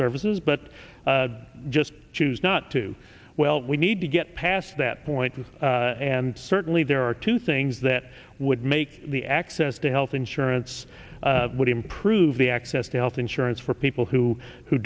services but just choose not to well we need to get past that point and certainly there are two things that would make the access to health insurance would improve the access to health insurance for people who who